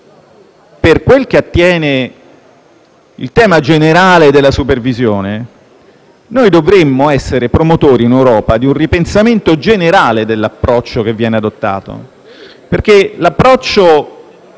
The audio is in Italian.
per quel che attiene al tema generale della supervisione, noi dovremmo essere promotori in Europa di un ripensamento generale dell'approccio che viene adottato,